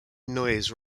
noise